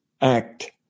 act